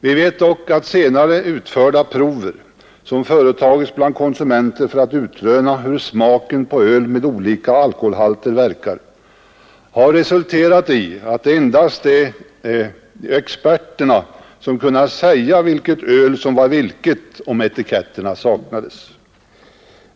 Vi vet dock att senare utförda prover, som företagits bland konsumenter för utrönande av hur smaken på öl med olika alkoholhalter verkar, har resulterat i att enbart experterna kunnat säga vilket öl som var vilket, om etiketterna saknades.